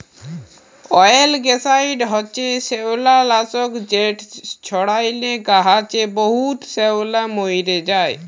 অয়েলগ্যাসাইড হছে শেওলালাসক যেট ছড়াইলে গাহাচে বহুত শেওলা মইরে যায়